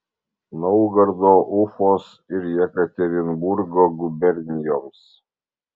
naugardo ufos ir jekaterinburgo gubernijoms